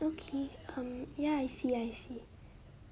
okay um ya I see I see